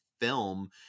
film